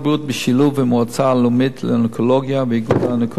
בשילוב עם המועצה הלאומית לאונקולוגיה והאיגוד האונקולוגי,